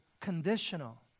conditional